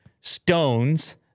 stones